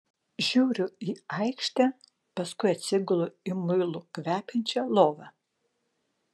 žiūriu į aikštę paskui atsigulu į muilu kvepiančią lovą